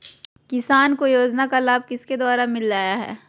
किसान को योजना का लाभ किसके द्वारा मिलाया है?